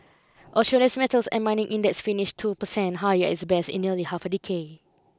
Australia's metals and mining index finished two per cent higher at its best in nearly half a decade